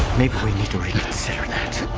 maybe we need to reconsider that.